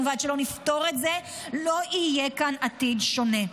ועד שלא נפתור את זה, לא יהיה כאן עתיד שונה.